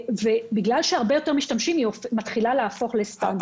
ובגלל שהרבה יותר משתמשים בה היא מתחילה להפוך לסטנדרט.